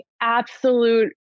absolute